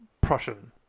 Prussian